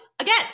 Again